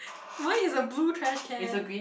mine is a blue trash can